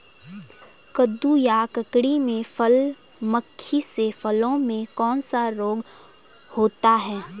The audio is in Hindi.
कद्दू या ककड़ी में फल मक्खी से फलों में कौन सा रोग होता है?